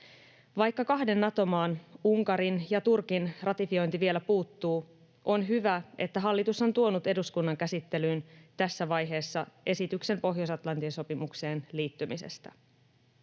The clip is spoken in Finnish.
Vaikka kahden Nato-maan, Unkarin ja Turkin, ratifiointi vielä puuttuu, on hyvä, että hallitus on tuonut eduskunnan käsittelyyn tässä vaiheessa esityksen Pohjois-Atlantin sopimukseen liittymisestä.